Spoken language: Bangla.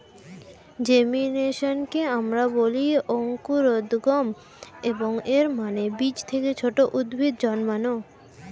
জেমিনেশনকে আমরা বলি অঙ্কুরোদ্গম, এবং এর মানে বীজ থেকে ছোট উদ্ভিদ জন্মানো